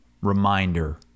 reminder